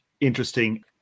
interesting